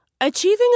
Achieving